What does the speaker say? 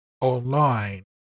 online